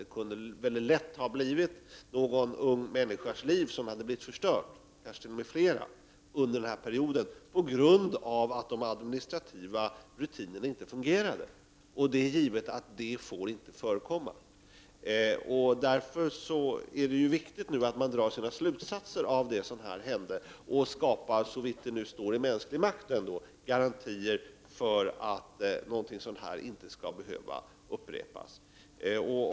Det kunde mycket lätt ha varit någon ung människas liv som hade blivit förstört — kanske t.o.m. fleras — under denna period på grund av att de administrativa rutinerna inte fungerade. Det är givet att det inte får förekomma. Därför är det viktigt att slutsatser dras av det som hände och skapa, såvitt det står i mänsklig makt, garantier för att något sådant inte skall behöva upprepas.